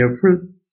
fruit